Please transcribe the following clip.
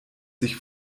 sich